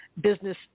business